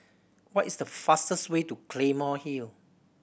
what is the fastest way to Claymore Hill